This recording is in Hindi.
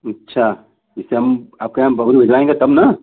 अच्छा जैसे हम आपके यहाँ बबुल भिजवाएँगे तब ना